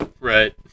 right